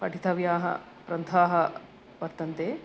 पठितव्याः ग्रन्थाः वर्तन्ते